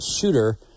shooter